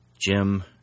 Jim